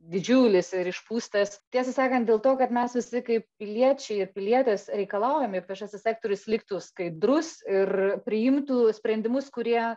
didžiulis ir išpūstas tiesą sakant dėl to kad mes visi kaip piliečiai ir pilietės reikalaujam jog viešasis sektorius liktų skaidrus ir priimtų sprendimus kurie